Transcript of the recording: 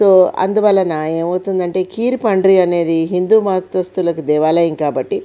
so అందువలన ఏమవుతుంది అంటే కీర్ పాండరి అనేది హిందూ మతస్తులకు దేవాలయం కాబట్టి